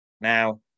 Now